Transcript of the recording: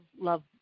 love